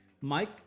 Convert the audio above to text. Mike